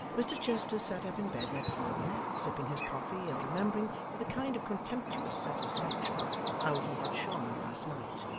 mr chester sat up in bed next morning, sipping his coffee, and remembering with a kind of contemptuous satisfaction how he had shone last night,